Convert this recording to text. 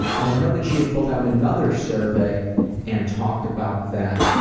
and i know that she had filled out another survey and talked about that,